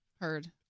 heard